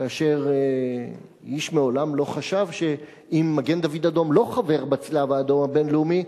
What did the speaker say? כאשר איש מעולם לא חשב שאם מגן-דוד-אדום לא חבר בצלב-האדום הבין-לאומי,